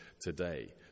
today